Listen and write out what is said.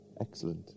Excellent